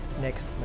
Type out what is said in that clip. next